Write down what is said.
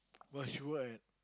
what she work at